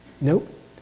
Nope